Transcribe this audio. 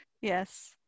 yes